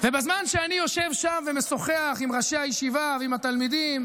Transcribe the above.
בזמן שאני יושב שם ומשוחח עם ראשי הישיבה ועם התלמידים,